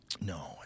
No